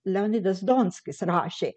leonidas donskis rašė